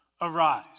Arise